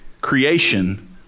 creation